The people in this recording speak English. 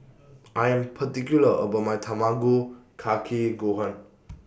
I Am particular about My Tamago Kake Gohan